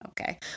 Okay